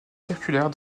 circulaire